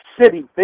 City